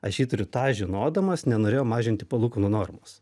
aš jį turiu tą žinodamas nenorėjau mažinti palūkanų normos